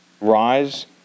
rise